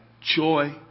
joy